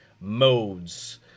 modes